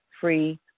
free